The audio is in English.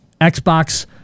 Xbox